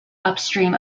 upstream